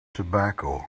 tobacco